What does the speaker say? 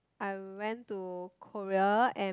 I went to Korea and